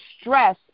stress